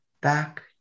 back